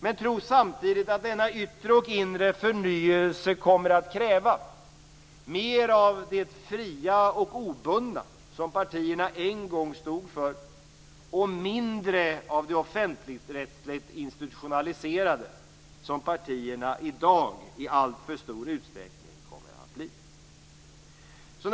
Men jag tror samtidigt att denna yttre och inre förnyelse kommer att kräva mer av det fria och obundna som partierna en gång stod för och mindre av det offentlig-rättsliga institutionaliserade som partierna i dag i alltför stor utsträckning kommit att bli.